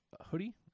hoodie